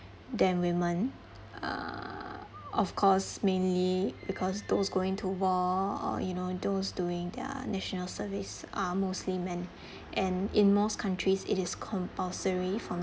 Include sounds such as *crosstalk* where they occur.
than women uh of course mainly because those going to war or you know those doing their national service are mostly men *breath* and in most countries it is compulsory for